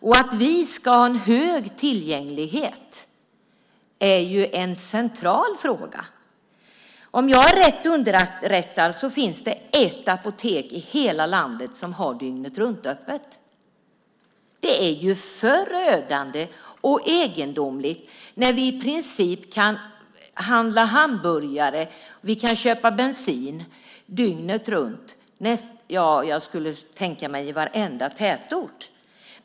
Att vi ska ha en hög tillgänglighet är en central fråga. Om jag är rätt underrättad finns det ett apotek i hela landet som har dygnet-runt-öppet. Det är ju förödande och egendomligt, när vi kan handla hamburgare och köpa bensin i princip dygnet runt i varenda tätort, skulle jag kunna tänka mig.